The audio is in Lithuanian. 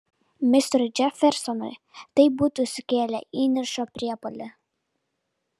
misteriui džefersonui tai būtų sukėlę įniršio priepuolį